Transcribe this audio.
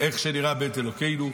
איך שנראה בית אלוקינו,